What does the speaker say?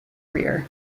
rear